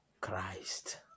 Christ